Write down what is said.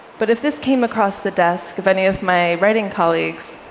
but if this came across the desk of any of my writing colleagues,